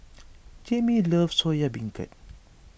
Jame loves Soya Beancurd